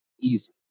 easy